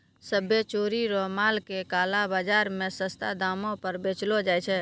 सभ्भे चोरी रो माल के काला बाजार मे सस्तो दामो पर बेचलो जाय छै